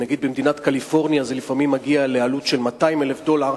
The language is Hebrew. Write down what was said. נגיד במדינת קליפורניה זה לפעמים מגיע לעלות של 200,000 דולר.